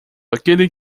aquele